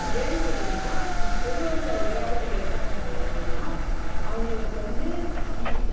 ஏன்னெனு கேட்டிங்கன்னால் பெரு விவசாயி வியாபாரிகள் என்ன பண்ணுறாங்க அப்படினா அவங்களுக்கு வந்து இ